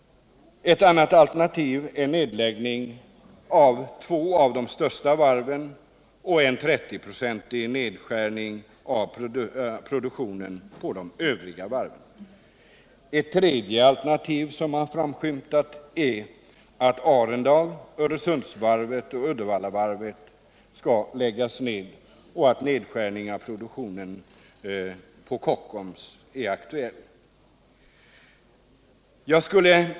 Ett annat alternativ är nedläggning av två av de största varven och en 30-procentig nedskärning av produktionen vid de övriga varven. Ett tredje alternativ som framskymtat är att Arendals-, Öresundsoch Uddevallavarven läggs ned och att en nedskärning av produktionen på Kockums sker.